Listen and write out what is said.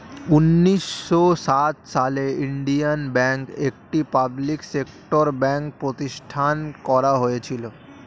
উন্নিশো সাত সালে ইন্ডিয়ান ব্যাঙ্ক, একটি পাবলিক সেক্টর ব্যাঙ্ক প্রতিষ্ঠান করা হয়েছিল